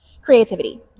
Creativity